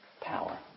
power